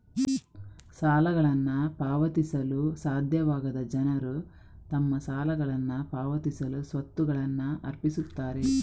ಸಾಲಗಳನ್ನು ಪಾವತಿಸಲು ಸಾಧ್ಯವಾಗದ ಜನರು ತಮ್ಮ ಸಾಲಗಳನ್ನ ಪಾವತಿಸಲು ಸ್ವತ್ತುಗಳನ್ನ ಅರ್ಪಿಸುತ್ತಾರೆ